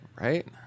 Right